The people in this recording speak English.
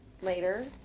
later